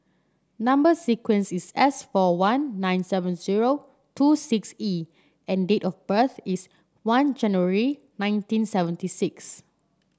number sequence is S four one nine seven zero two six E and date of birth is one January nineteen seventy six